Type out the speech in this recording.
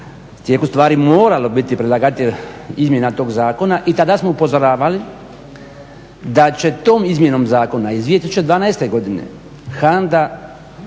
tijeku stvari moralo biti predlagatelj izmjena tog zakona i tada smo upozoravali da će tom izmjenom zakona iz 2012.godine HANDA